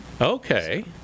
Okay